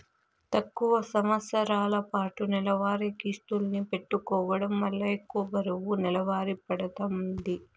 తక్కువ సంవస్తరాలపాటు నెలవారీ కిస్తుల్ని పెట్టుకోవడం వల్ల ఎక్కువ బరువు నెలవారీ పడతాంది